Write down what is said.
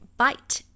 bite